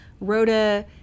Rhoda